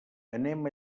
anem